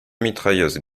mitrailleuses